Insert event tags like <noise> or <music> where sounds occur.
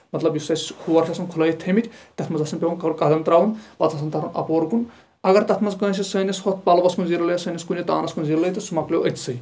مطلب یُس اَسہِ کھور چھٕ آسان کھُلٲیِتھ تھایِمٕتۍ تَتھ منٛز آسان گۄڈٕ پیوان قدم تراوُن پَتہٕ آسان تَرُن اَپور کُن اَگر تَتھ منٛز کانٛسہِ سٲنِس ہۄتھ پَلوس منٛز <unintelligible> سٲنِس کُنہِ تانَس کُن زیٖر لٔجۍ تہٕ سُہ مۄکلیو أتھۍسے